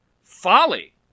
folly